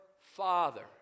father